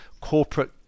corporate